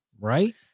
Right